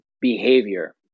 behavior